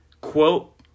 quote